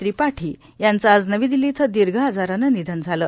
त्रिपाठी यांचं आज नवी दिल्ली इथं दीर्घ आजारानं निधन झालं